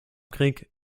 krieg